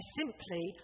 simply